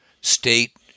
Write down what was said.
state